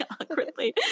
awkwardly